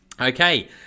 Okay